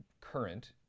current